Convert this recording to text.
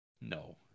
No